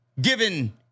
given